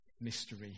mystery